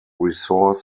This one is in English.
resource